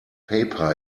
paper